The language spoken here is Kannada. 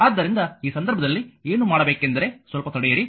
ಆದ್ದರಿಂದ ಈ ಸಂದರ್ಭದಲ್ಲಿ ಏನು ಮಾಡಬೇಕೆಂದರೆ ಸ್ವಲ್ಪ ತಡೆಯಿರಿ